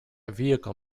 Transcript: vehicle